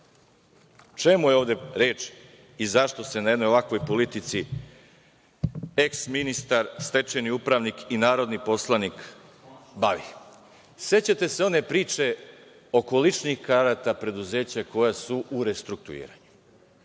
čemu je ovde reč i zašto se na jednoj ovakvoj politici eh ministar, stečajni i narodni poslanik bavi? Sećate se one priče oko ličnih karata preduzeća koja su u restrukturiranju.